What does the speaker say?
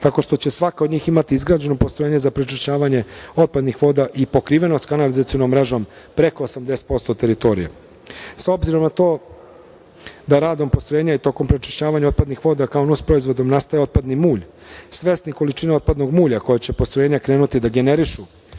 tako što će svaka od njih imati izgrađeno postrojenje za prečišćavanje otpadnih voda i pokrivenost kanalizacionom mrežom preko 80% teritorije. Obzirom na to da radom postrojenja tokom prečišćavanja otpadnih voda kao nus proizvod nastaje otpadni mulj, svesni količine otpadnog mulja koja će postrojenja krenuti da generišu,